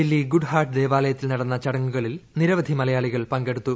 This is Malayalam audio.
ദില്ലി ഗുഡ് ഹാർട്ട് ദേവാലയത്തിൽ നടന്ന ചടങ്ങുകളിൽ നിരവധി മലയാളികൾ പങ്കെടുത്തു